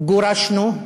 גורשנו,